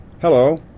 Hello